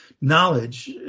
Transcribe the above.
knowledge